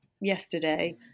yesterday